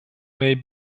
may